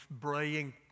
braying